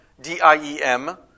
D-I-E-M